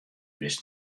bist